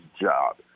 job